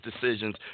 decisions